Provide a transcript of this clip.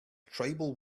tribal